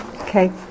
Okay